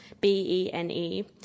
B-E-N-E